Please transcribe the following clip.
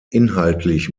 inhaltlich